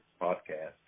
podcast